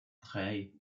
drei